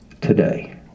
today